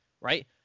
right